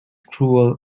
cruel